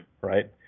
right